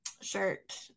shirt